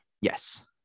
Yes